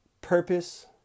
purpose